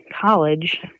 college